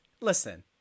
listen